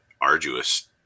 arduous